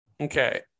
okay